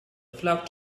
flock